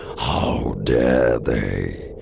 how dare they!